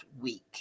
week